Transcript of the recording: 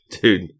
Dude